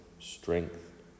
strength